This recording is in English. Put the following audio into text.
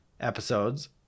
episodes